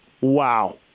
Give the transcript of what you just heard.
Wow